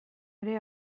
ere